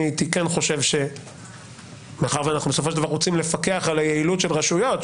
מאחר שאנחנו בסופו של דבר רוצים לפקח על היעילות של רשויות,